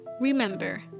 remember